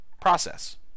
process